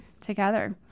together